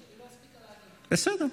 בסדר.